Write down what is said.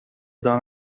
دام